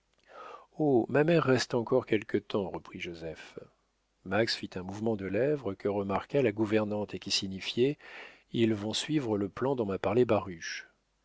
oh ma mère reste encore quelque temps reprit joseph max fit un mouvement de lèvres que remarqua la gouvernante et qui signifiait ils vont suivre le plan dont m'a parlé baruch